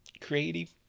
creative